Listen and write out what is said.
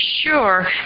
sure